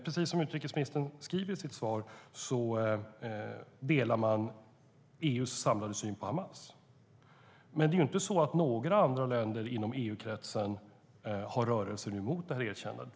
Precis som utrikesministern skriver i sitt svar delar man EU:s samlade syn på Hamas. Men inga andra länder i EU-kretsen rör sig mot ett erkännande.